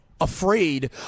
afraid